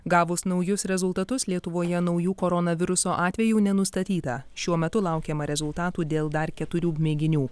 gavus naujus rezultatus lietuvoje naujų koronaviruso atvejų nenustatyta šiuo metu laukiama rezultatų dėl dar keturių mėginių